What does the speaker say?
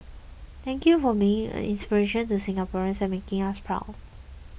thank you for being an inspiration to Singaporeans and making us proud